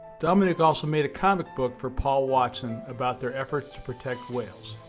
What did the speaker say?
dominique also made a comic book for paul watson about their efforts to protect whales.